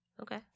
Okay